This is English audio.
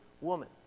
woman